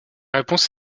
réponse